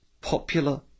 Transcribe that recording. popular